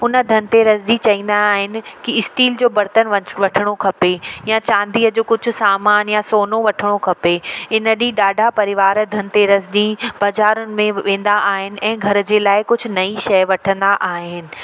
उन धनतेरस ॾींहुं चईंदा आहिनि कि स्टील जो बर्तन वच वठिणो खपे या चांदीअ जो कुझु सामान या सोनो वठिणो खपे इन ॾींहुं ॾाढा परिवार धनतेरस ॾींहुं बाज़ारुनि में वेंदा आहिनि ऐं घर जे लाइ कुझु नई शइ वठंदा आहिनि